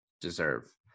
deserve